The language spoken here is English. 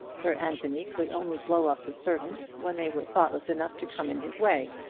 sir anthony could only blow up the servants when they were thoughtless enough to come in his way,